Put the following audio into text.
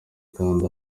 akandi